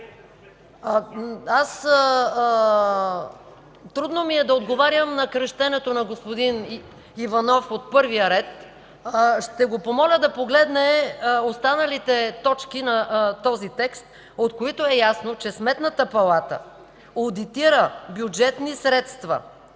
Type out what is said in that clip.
Трудно ми е да отговарям на крещенето на господин Иванов от първия ред. Ще го помоля да погледне останалите точки на този текст, от които е ясно, че Сметната палата одитира бюджетни средства